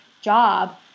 job